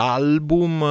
album